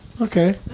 Okay